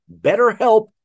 BetterHelp